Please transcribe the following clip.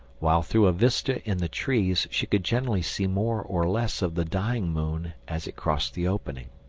while through a vista in the trees she could generally see more or less of the dying moon as it crossed the opening.